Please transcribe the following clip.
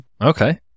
Okay